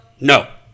No